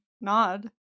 nod